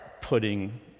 putting